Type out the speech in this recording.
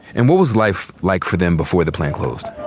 and what was life like for them before the plant closed?